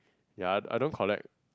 ya I don't collect